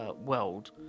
world